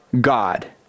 God